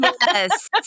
Yes